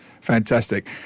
Fantastic